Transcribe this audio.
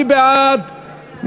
מי בעד?